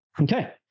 Okay